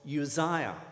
Uzziah